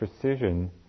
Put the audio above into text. precision